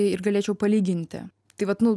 ir galėčiau palyginti tai vat nu